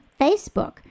Facebook